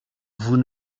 vous